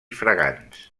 fragants